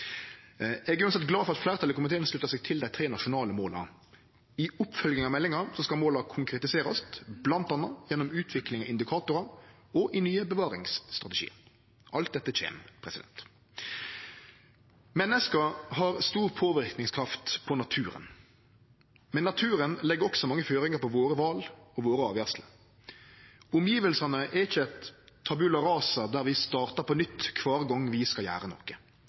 Eg er uansett glad for at fleirtalet i komiteen sluttar seg til dei tre nasjonale måla. I oppfølginga av meldinga skal måla konkretiserast bl.a. gjennom utvikling av indikatorar og i nye bevaringsstrategiar. Alt dette kjem. Menneska har stor påverknadskraft på naturen, men naturen legg også mange føringar for våre val og våre avgjerder. Omgjevnadene er ikkje eit tabula rasa der vi startar på nytt kvar gong vi skal gjere noko.